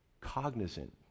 cognizant